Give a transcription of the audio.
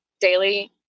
daily